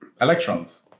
Electrons